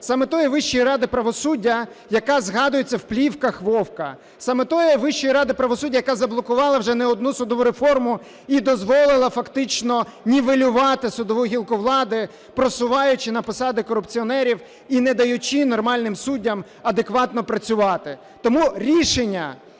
Саме тієї Вищої ради правосуддя, яка згадується в плівках Вовка. Саме тієї Вищої ради правосуддя, яка заблокувала вже не одну судову реформу і дозволила фактично нівелювати судову гілку влади, просуваючи на посади корупціонерів і не даючи нормальним суддям адекватно працювати. Тому рішення